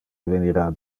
evenira